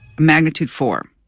magnitude four